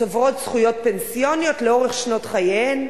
צוברות זכויות פנסיוניות לאורך שנות חייהן,